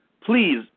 please